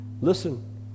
Listen